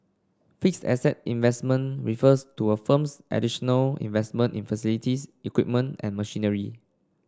fixed asset investment refers to a firm's additional investment in facilities equipment and machinery